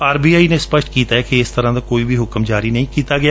R B I ਨੇ ਸਪਸ਼ਟ ਕੀਤੈ ਕਿ ਇਸ ਤਰਾਂ ਦਾ ਕੋਈ ਵੀ ਹੁਕਮ ਜਾਰੀ ਨਹੀਂ ਕੀਤਾ ਗਿਆ